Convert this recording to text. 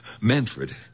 Manfred